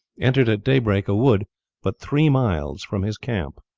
entered at daybreak a wood but three miles from his camp.